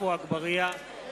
עפו אגבאריה,